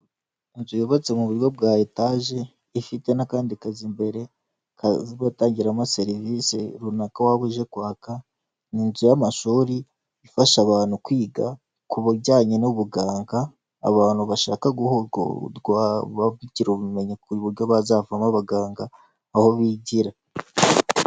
Inzu yubatse mu buryo bwa etaje, ifite n'akandi kazu imbere gatangirwamo serivisi runaka waba uje kwaka. Ni inzu y'amashuri ifasha abantu kwiga, ku bijyanye n'ubuganga, abantu bashaka guhugurwa bagira ubumenyi ku buryo bazavamo abaganga, aho bigira.